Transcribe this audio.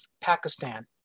Pakistan